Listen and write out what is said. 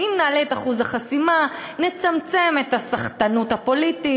שאם נעלה את אחוז החסימה נצמצם את הסחטנות הפוליטית,